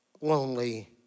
lonely